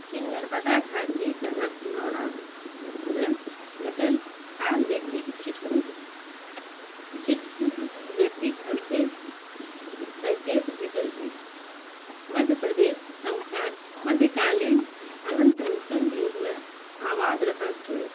नर्मदा घाटीके हथनोरामे भेटल ठाढ़ व्यक्तिके छिटपुट व्यक्तिके अवशेषसँ सङ्केत भेटैत अछि मध्य प्रदेश मध्यकालीन अत्यन्त नूतन युगमे आबाद रहल होएत